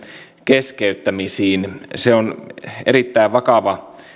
keskeyttämisiin se on erittäin vakava